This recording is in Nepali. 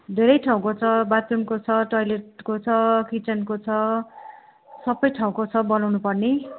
धेरै ठाउँको छ बाथरूमको छ टोइलेटको छ किचनको छ सबै ठाउँको छ बनाउनुपर्ने